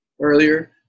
earlier